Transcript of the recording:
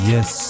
Yes